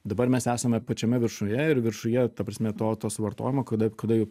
dabar mes esame pačiame viršuje ir viršuje ta prasme to to suvartojimo kada kada jau